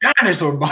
dinosaur